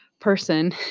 person